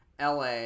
LA